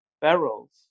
barrels